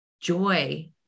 joy